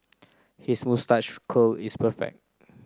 his moustache curl is perfect